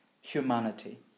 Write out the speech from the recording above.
humanity